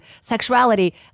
sexuality